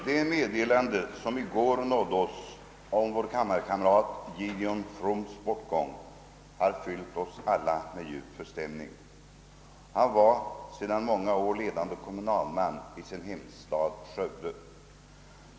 Det meddelande, som i går nådde oss om vår kammarkamrat Gideon Froms bortgång, har fyllt oss alla med djup förstämning. Han var sedan många år ledande kommunalman i sin hemstad Skövde.